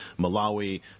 Malawi